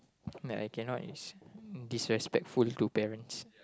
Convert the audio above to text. that I cannot is disrespectful to parents